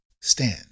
stand